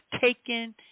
taken